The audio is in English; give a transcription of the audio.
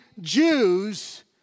Jews